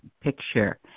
picture